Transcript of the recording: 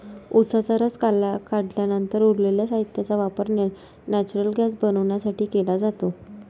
उसाचा रस काढल्यानंतर उरलेल्या साहित्याचा वापर नेचुरल गैस बनवण्यासाठी केला जातो